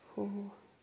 हो हो